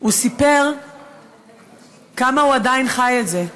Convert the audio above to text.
הוא סיפר כמה הוא עדיין חי את זה,